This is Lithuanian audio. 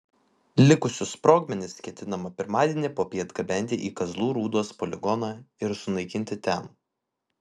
likusius sprogmenis ketinama pirmadienį popiet gabenti į kazlų rūdos poligoną ir sunaikinti ten